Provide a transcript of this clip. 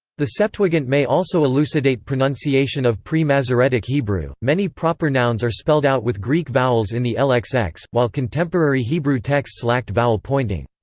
the septuagint may also elucidate pronunciation of pre-masoretic hebrew many proper nouns are spelled out with greek vowels in the lxx, ah while contemporary hebrew texts lacked vowel pointing.